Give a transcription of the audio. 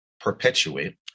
perpetuate